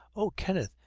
oh, kenneth,